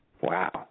Wow